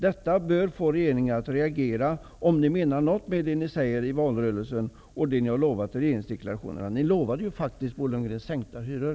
Det här bör få er i regeringen att reagera -- om ni nu menar något med det som ni sagt under valrörelsen och det ni har lovat i era regeringsdeklarationer. Ni har faktiskt, Bo Lundgren, lovat sänkta hyror!